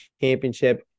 championship